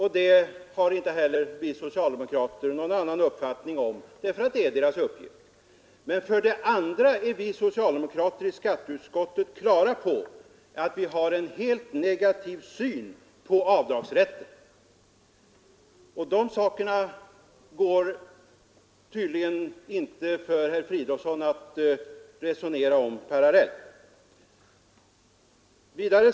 Det har inte heller vi socialdemokrater någon annan uppfattning om eftersom det är dess uppgift. Vidare är vi socialdemokrater i skatteutskottet på det klara med att vi har en helt negativ syn på avdragsrätten. De sakerna kan tydligen inte herr Fridolfsson resonera om parallellt.